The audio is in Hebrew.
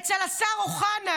אצל השר אוחנה,